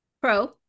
pro